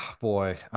Boy